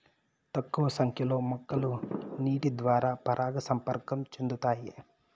తక్కువ సంఖ్య లో మొక్కలు నీటి ద్వారా పరాగ సంపర్కం చెందుతాయి